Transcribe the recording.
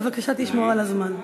בבקשה תשמור על הזמן.